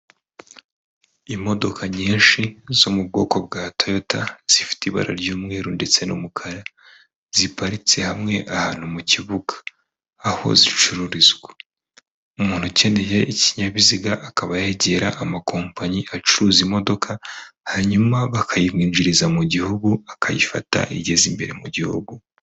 Imodoka nyinshi zo mu bwoko bwa Toyota zifite ibara ry'umweru ndetse n'umukara, ziparitse hamwe ahantu mu kibuga aho zicururizwa, umuntu ukeneye ikinyabiziga akaba yegera amakompanyi acuruza imodoka hanyuma bakayimwinjiriza mu gihugu akayifata igeza imbere mu gihugu.